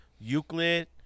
Euclid